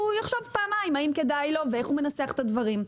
יחשוב פעמיים האם כדאי לו ואיך הוא מנסח את הדברים.